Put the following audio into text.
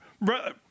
Brother